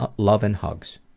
ah love and hugs.